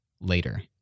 later